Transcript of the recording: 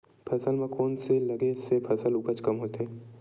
फसल म कोन से लगे से फसल उपज कम होथे?